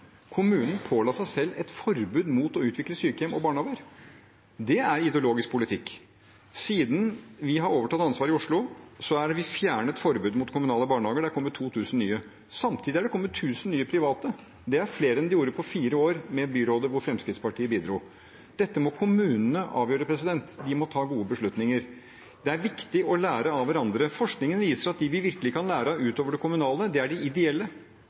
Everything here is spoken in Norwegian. Kommunen påla seg selv et forbud mot å utvikle sykehjem og barnehager. Det er ideologisk politikk. Siden vi overtok ansvaret i Oslo, har vi fjernet forbudet mot kommunale barnehager, og det har kommet 2 000 nye plasser. Samtidig har det kommet 1 000 nye private plasser, og det er flere enn det gjorde på fire år med byrådet hvor Fremskrittspartiet bidro. Dette må kommunene avgjøre, de må ta gode beslutninger. Det er viktig å lære av hverandre. Forskningen viser at de vi virkelig kan lære av, ut over det kommunale, det er de ideelle,